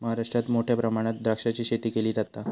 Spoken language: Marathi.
महाराष्ट्रात मोठ्या प्रमाणात द्राक्षाची शेती केली जाता